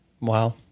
Wow